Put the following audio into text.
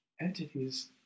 entities